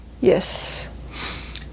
Yes